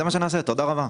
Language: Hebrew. זה מה שנעשה, תודה רבה.